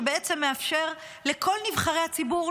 שבעצם מאפשר לכל נבחרי הציבור,